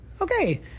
okay